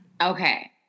Okay